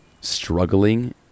struggling